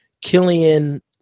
Killian